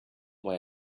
way